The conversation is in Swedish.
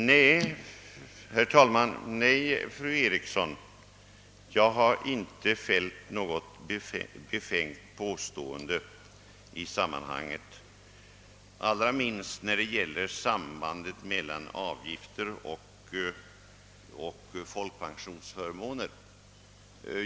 Nej, fru Eriksson, jag har inte gjort något »befängt» påstående i detta sammanhang, allra minst om sambandet mellan avgifter och folkpensionsförmåner.